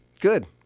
Good